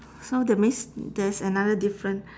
so that means there's another different